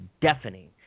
deafening